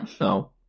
No